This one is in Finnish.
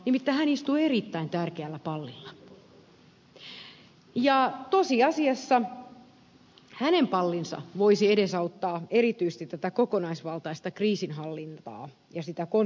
nimittäin hän istuu erittäin tärkeällä pallilla ja tosiasiassa hänen pallinsa voisi edesauttaa erityisesti tätä kokonaisvaltaista kriisinhallintaa ja sitä konseptia